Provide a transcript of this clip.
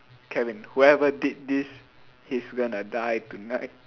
Kevin whoever did this is going to die tonight